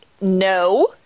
No